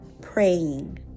praying